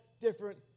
different